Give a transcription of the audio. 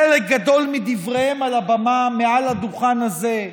חלק גדול מדבריהם על הבמה, מעל הדוכן הזה,